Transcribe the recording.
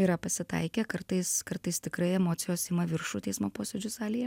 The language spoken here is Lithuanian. yra pasitaikę kartais kartais tikrai emocijos ima viršų teismo posėdžių salėje